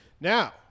Now